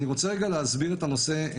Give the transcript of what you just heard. אני רוצה רגע להסביר, ברשותך,